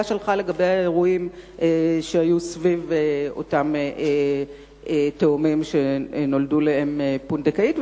שלך לגבי האירועים שהיו סביב אותם תאומים שנולדו לאם פונדקאית,